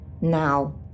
Now